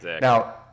Now